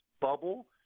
bubble